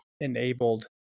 enabled